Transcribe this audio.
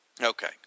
Okay